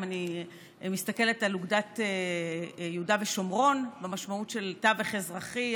אם אני מסתכלת על אוגדת יהודה ושומרון במשמעות של תווך אזרחי,